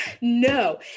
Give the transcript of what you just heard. no